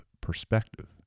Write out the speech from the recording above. perspective